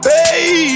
Hey